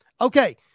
Okay